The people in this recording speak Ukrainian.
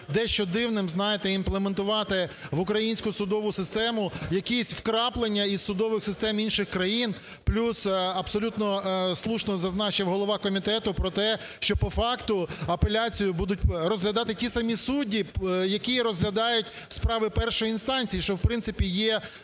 дещо дивним, знаєте, імплементувати в українську судову систему якісь вкраплення із судових систем інших країн. Плюс абсолютно слушно зазначив голова комітету про те, що по факту апеляцію будуть розглядати ті самі судді, які розглядають справи першої інстанції, що в принципі є,